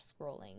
scrolling